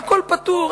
והכול פתור.